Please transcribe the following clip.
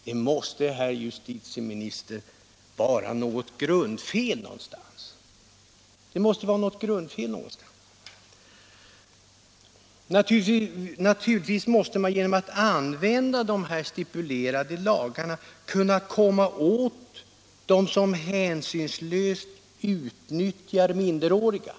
Det måste, herr justitieminister, vara något grundfel nå Om åtgärder mot gonstans. Naturligtvis måste man genom att använda de stipulerade la = pornografi och garna kunna komma åt sådana som hänsynslöst utnyttjar minderåriga.